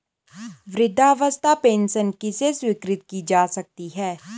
वृद्धावस्था पेंशन किसे स्वीकृत की जा सकती है?